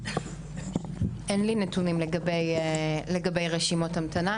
אין לי נתונים לגבי רשימות המתנה.